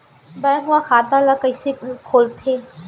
Bank म खाता ल कइसे खोलथे?